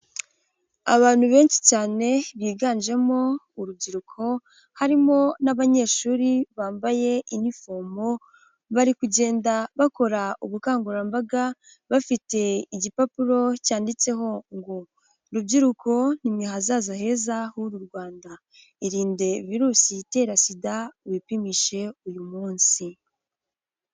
Abantu benshi cyane biganjemo urubyiruko, harimo n'abanyeshuri bambaye inifomo bari kugenda bakora ubukangurambaga bafite igipapuro cyanditseho ngo rubyiruko; nimwe hazaza heza h'uru Rwanda, irinde virusi itera sida wipimishe uyu munsi.